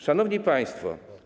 Szanowni Państwo!